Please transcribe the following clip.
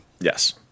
Yes